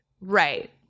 Right